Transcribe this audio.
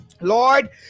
Lord